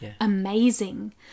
amazing